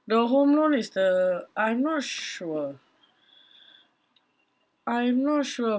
no home loan is the I'm not sure I'm not sure